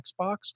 Xbox